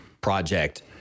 project